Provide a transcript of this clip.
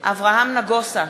אברהם נגוסה,